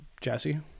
Jesse